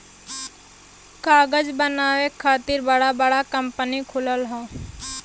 कागज बनावे खातिर बड़ा बड़ा कंपनी खुलल हौ